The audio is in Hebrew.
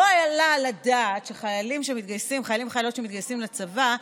לא עלה על הדעת שחיילים וחיילות שמתגייסים לצבא,